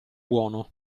buono